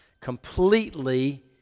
completely